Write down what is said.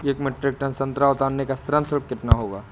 एक metric ton संतरा उतारने का श्रम शुल्क कितना होगा?